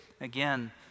again